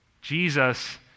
Jesus